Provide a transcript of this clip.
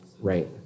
Right